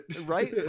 Right